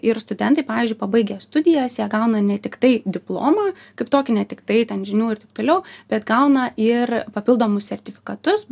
ir studentai pavyzdžiui pabaigę studijas jie gauna ne tiktai diplomą kaip tokį ne tiktai ten žinių ir taip toliau bet gauna ir papildomus sertifikatus